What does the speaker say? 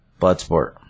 Bloodsport